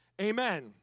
Amen